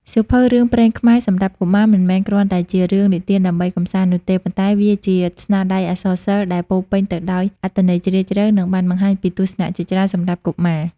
សៀវភៅរឿងព្រេងខ្មែរសម្រាប់កុមារ មិនមែនគ្រាន់តែជារឿងនិទានដើម្បីកម្សាន្តនោះទេ ប៉ុន្តែវាជាស្នាដៃអក្សរសិល្ប៍ដែលពោរពេញទៅដោយអត្ថន័យជ្រាលជ្រៅ និងបានបង្ហាញពីទស្សនៈជាច្រើនសម្រាប់កុមារ។